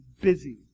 busy